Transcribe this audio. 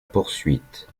poursuite